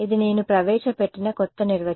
ఇది నేను ప్రవేశపెట్టిన కొత్త నిర్వచనం